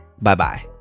Bye-bye